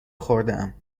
خوردهام